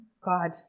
God